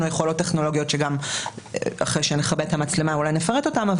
יכולות טכנולוגיות שאחרי שנכבה את המצלמה אולי נפרט אותן.